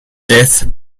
death